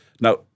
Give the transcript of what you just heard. Now